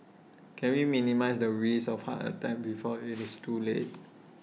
can we minimise the risk of heart attack before IT is too late